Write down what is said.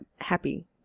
happy